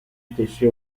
stessi